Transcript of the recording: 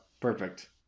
Perfect